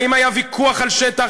האם היה ויכוח על שטח?